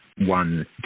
one